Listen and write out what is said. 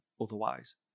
otherwise